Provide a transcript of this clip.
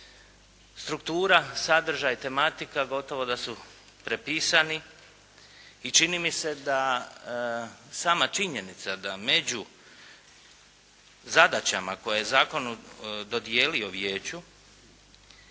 Struktura, sadržaj, tematika gotovo da su prepisani i čini mi se da sama činjenica da među zadaćama koje je zakon dodijelio vijeću,